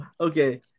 okay